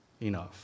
enough